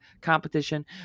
competition